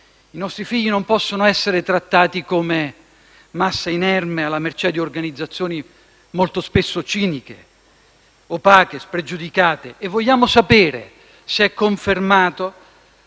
I nostri figli non possono essere trattati come massa inerme alla mercé di organizzazioni molto spesso ciniche, opache, spregiudicate. E vogliamo sapere se è confermato